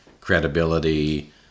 credibility